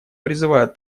призывают